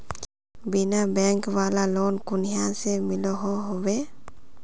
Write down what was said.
बिना बैंक वाला लोन कुनियाँ से मिलोहो होबे?